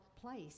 place